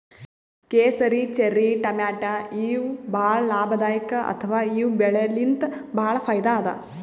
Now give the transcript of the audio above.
ಕೇಸರಿ, ಚೆರ್ರಿ ಟಮಾಟ್ಯಾ ಇವ್ ಭಾಳ್ ಲಾಭದಾಯಿಕ್ ಅಥವಾ ಇವ್ ಬೆಳಿಲಿನ್ತ್ ಭಾಳ್ ಫೈದಾ ಅದಾ